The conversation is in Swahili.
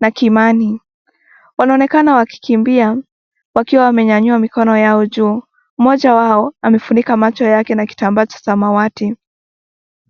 na kimani, wanaonekana wakikimbia wakiwa wamenyanyua mikono yao juu. Mmoja wao amefunika macho yake na kitambaa cha samawati.